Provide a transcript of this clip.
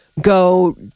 go